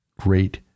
great